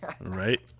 Right